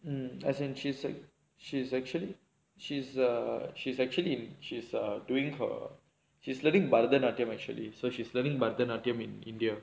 um as in she said she's actually she's a she's actually she's doing her she's learning பரதனாட்டியம்:bharathanaatiyam actually so she's learning பரதனாட்டியம்:bharathanaatiyam in india